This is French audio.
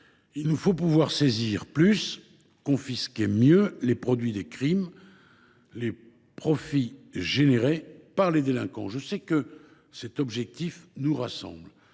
Il nous faut pouvoir saisir plus et confisquer mieux les produits des crimes, les profits générés par les délinquants. Je sais que cet objectif nous rassemble.